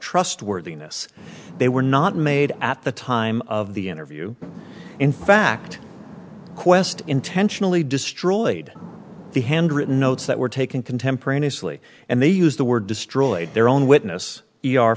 trustworthiness they were not made at the time of the interview in fact qwest intentionally destroyed the handwritten notes that were taken contemporaneously and they used the word destroyed their own witness e